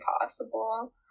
possible